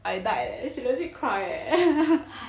I died eh she legit cry eh